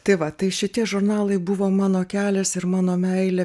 tai va tai šitie žurnalai buvo mano kelias ir mano meilė